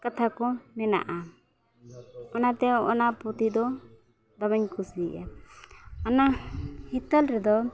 ᱠᱟᱛᱷᱟ ᱠᱚ ᱢᱮᱱᱟᱜᱼᱟ ᱚᱱᱟᱛᱮ ᱚᱱᱟᱸᱸ ᱯᱩᱛᱷᱤ ᱫᱚ ᱫᱚᱢᱮᱧ ᱠᱩᱥᱤᱭᱟᱜᱼᱟ ᱚᱱᱟ ᱦᱤᱛᱟᱹᱨ ᱨᱮᱫᱚ